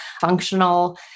functional